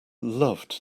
loved